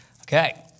Okay